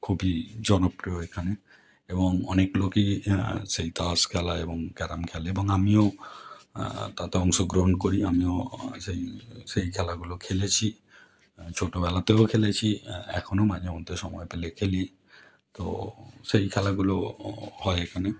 খুবই জনপ্রিয় এখানে এবং অনেক লোকই সেই তাস খেলা এবং ক্যারম খেলে এবং আমিও তাতে অংশগ্রহণ করি আমিও সেই সেই খেলাগুলো খেলেছি ছোটবেলাতেও খেলেছি এখনো মাঝেমধ্যে সময় পেলে খেলি তো সেই খেলাগুলোও হয় এখানে